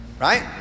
Right